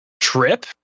Trip